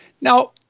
Now